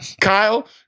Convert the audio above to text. Kyle